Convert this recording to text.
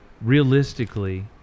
realistically